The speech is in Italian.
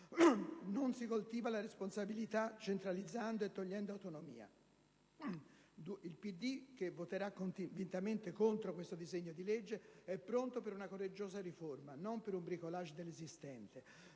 non si coltiva la responsabilità centralizzando e togliendo autonomia. Il PD, che voterà convintamene contro questo disegno di legge, è pronto per una coraggiosa riforma, non per un *bricolage* dell'esistente.